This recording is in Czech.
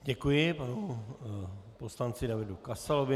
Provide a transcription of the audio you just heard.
Děkuji panu poslanci Davidu Kasalovi.